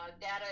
data